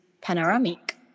panoramic